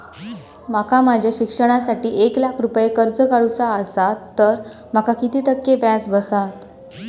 माका माझ्या शिक्षणासाठी एक लाख रुपये कर्ज काढू चा असा तर माका किती टक्के व्याज बसात?